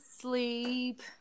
sleep